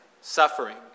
suffering